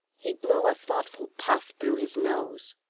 he blew a thoughtful puff through his nose.